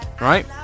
Right